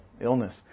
illness